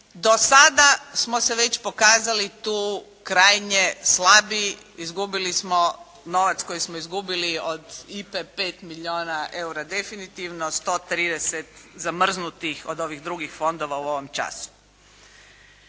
do sada smo se već pokazali tu krajnje slabi, izgubili smo novac koji smo izgubili od IPA-e 5 milijuna eura definitivno, 130 zamrznutih od ovih drugih fondova u ovom času.